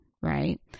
right